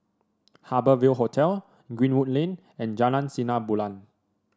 Harbour Ville Hotel Greenwood Lane and Jalan Sinar Bulan